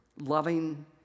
loving